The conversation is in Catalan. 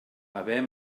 haver